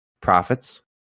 profits